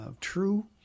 true